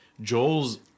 Joel's